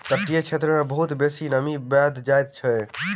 तटीय क्षेत्र मे बहुत बेसी नमी बैढ़ जाइत अछि